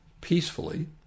peacefully